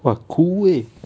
!wah! cool eh